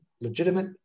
legitimate